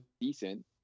decent